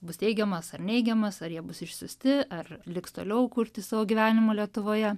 bus teigiamas ar neigiamas ar jie bus išsiųsti ar liks toliau kurti savo gyvenimu lietuvoje